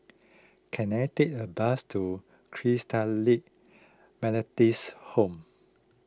can I take a bus to Christalite Methodist Home